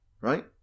right